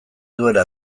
duela